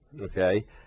okay